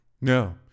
No